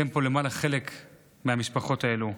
אתם פה, למעלה, חלק מהמשפחות האלה.